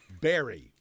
Barry